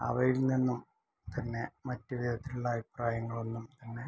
അവയിൽ നിന്നും തന്നെ മറ്റ് വിധത്തിലുള്ള അഭിപ്രായങ്ങളൊന്നും തന്നെ